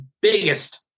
biggest